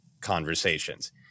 conversations